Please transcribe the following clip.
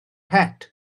het